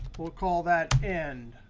we'll call that end.